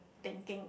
thinking